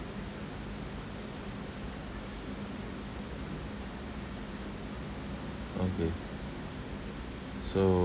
okay so um~